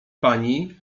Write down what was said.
pani